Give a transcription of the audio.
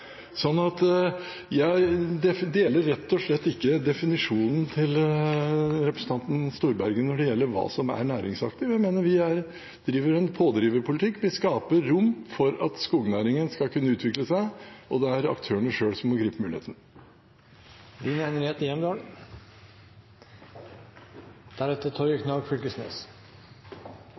Jeg deler rett og slett ikke definisjonen til representanten Storberget når det gjelder hva som er næringsaktivt. Jeg mener vi driver en pådriverpolitikk. Vi skaper rom for at skognæringen skal kunne utvikle seg, og det er aktørene selv som må gripe